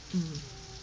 mm